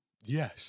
Yes